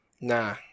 nah